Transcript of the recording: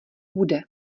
bude